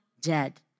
dead